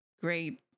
great